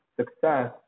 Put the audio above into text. Success